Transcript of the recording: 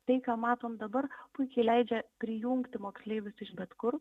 tai ką matom dabar puikiai leidžia prijungti moksleivius iš bet kur